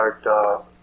start